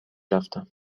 رفتم